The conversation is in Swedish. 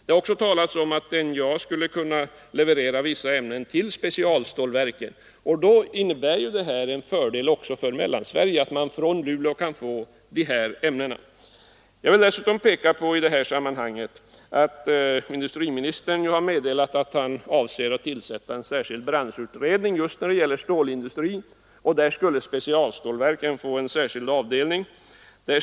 Det har också talats om att NJA skulle kunna leverera vissa ämnen till specialstålverken, och då innebär det ju en fördel också för Mellansverige att man kan få de här ämnena från Luleå. Jag vill dessutom i det här sammanhanget peka på att industriministern har meddelat att han avser att tillsätta en särskild branschutredning för stålindustrin och att specialstålverken där skulle få en särskild avdelning.